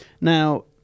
Now